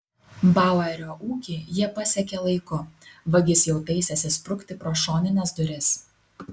bauerio ūkį jie pasiekė laiku vagis jau taisėsi sprukti pro šonines duris